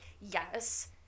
yes